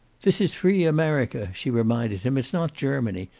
this is free america, she reminded him. it's not germany.